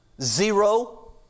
Zero